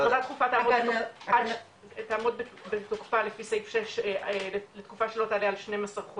הכרזה דחופה תעמוד בתוקפה לפי סעיף 6 לתקופה שלא תעלה על 12 חודשים,